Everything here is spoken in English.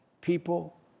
people